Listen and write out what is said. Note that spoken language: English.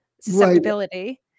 susceptibility